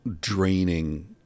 draining